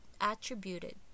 attributed